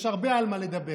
יש הרבה על מה לדבר.